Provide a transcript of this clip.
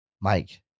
Mike